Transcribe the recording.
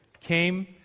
came